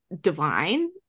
divine